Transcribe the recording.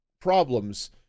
problems